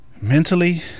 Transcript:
Mentally